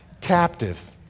captive